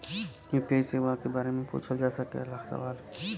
UPI सेवा के बारे में पूछ जा सकेला सवाल?